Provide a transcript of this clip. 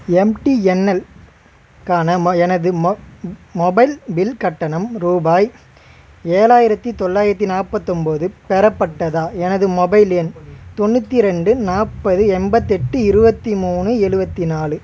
MTNL கான ம எனது மொ மொபைல் பில் கட்டணம் ரூபாய் ஏழாயிரத்தி தொள்ளாயிரத்தி நாற்பத்தொம்போது பெறப்பட்டதா எனது மொபைல் எண் தொண்ணூற்றி ரெண்டு நாற்பது எண்பத்தெட்டு இருபத்தி மூணு எழுவத்தி நாலு